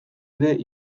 ere